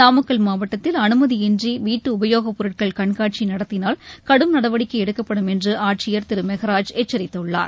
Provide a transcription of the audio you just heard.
நாமக்கல் மாவட்டத்தில் அனுமதியின்றி வீட்டு உபயோக பொருட்கள் கண்காட்சி நடத்தினால் கடும் நடவடிக்கை எடுக்கப்படும் என்று ஆட்சியர் திரு மெனாஜ் எச்சரித்துள்ளார்